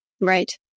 Right